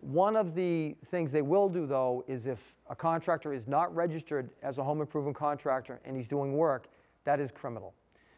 one of the things they will do though is if a contractor is not registered as a home or proven contractor and he's doing work that is criminal